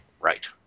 Right